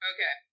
Okay